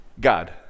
God